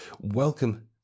Welcome